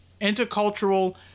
intercultural